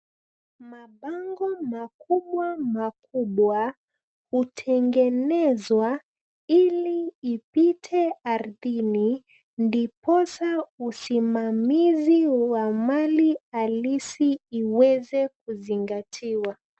Mabango makubwa makubwa hutengenezwa ili ipite ardhini ndiposa usimamizi wa mali halisi iweze kuzingatiwa.